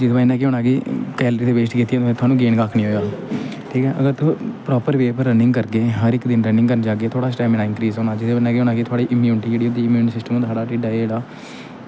जिस बज़ह् कन्नै केह् होना कैलरी ते वेस्ट कीती में तोआनू गेन कक्ख निं होएआ ठीक ऐ अगर तुस प्रापर वे पर रनिंग करगे हर इक दिन रनिंग करन जाह्गेओ तोआढ़ा स्टैमना इनक्रीज़ होना जेह्दी बज़ह् कन्नै केह् होना कि थोआढ़ी इन्यूनटी जेह्ड़ी होंदी इम्यून सिस्टम होंदा साढ़े ढिड्डै च